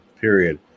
period